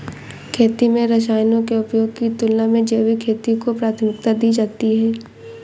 खेती में रसायनों के उपयोग की तुलना में जैविक खेती को प्राथमिकता दी जाती है